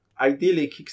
ideally